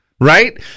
Right